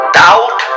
doubt